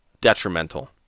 detrimental